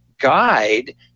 guide